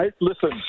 Listen